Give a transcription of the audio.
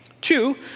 Two